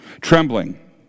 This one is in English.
Trembling